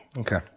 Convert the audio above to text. Okay